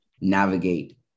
navigate